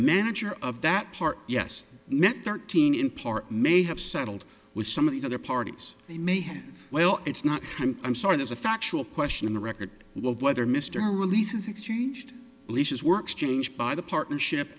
manager of that part yes met thirteen in part may have settled with some of the other parties they may have well it's not one i'm sorry there's a factual question in the record of whether mr releases exchanged leases works changed by the partnership